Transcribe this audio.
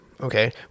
okay